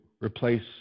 replace